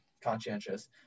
conscientious